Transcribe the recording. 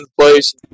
place